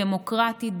דמוקרטית,